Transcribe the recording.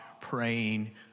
praying